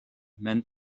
meant